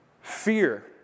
fear